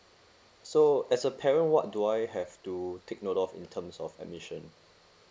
so as a parent what do I have to take note of in terms of admission